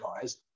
guys